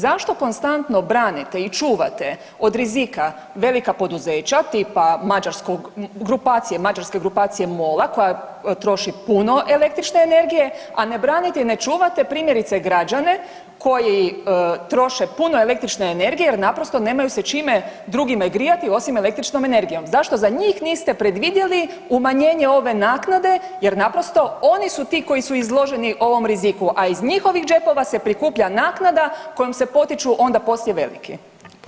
Zašto konstantno branite i čuvate od rizika velika poduzeća tipa mađarskog, grupacije, mađarske grupacije MOL-a koja troši puno električne energije, a ne branite i ne čuvate primjerice građane koji troše puno električne energije jer naprosto nemaju se čime drugime grijati osim električnom energijom, zašto za njih niste predvidjeli umanjenje ove naknade jer naprosto oni su ti koji su izloženi ovom riziku, a iz njihovih džepova se prikuplja naknada kojom se potiču onda poslije veliki?